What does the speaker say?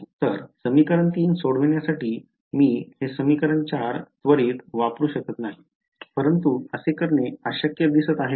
तर समीकरण 3 सोडविण्यासाठी मी हे समीकरण 4 त्वरित वापरू शकत नाही परंतु असे करणे अशक्य दिसत आहे का